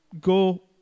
go